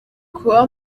kuba